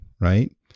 right